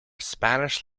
spanish